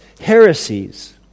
heresies